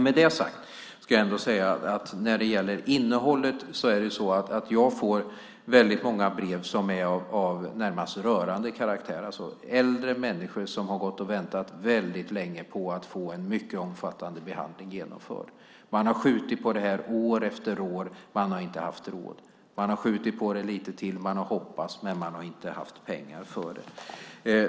Med det sagt ska jag ändå säga att när det gäller innehållet får jag väldigt många brev som är av närmast rörande karaktär. De är från äldre människor som har gått och väntat väldigt länge på att få en mycket omfattande behandling genomförd. Man har skjutit på det här år efter år. Man har inte haft råd. Man har skjutit på det lite till. Man har hoppats, men man har inte haft pengar för det.